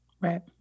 Right